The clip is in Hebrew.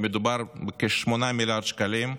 מדובר בכ-8 מיליארד שקלים,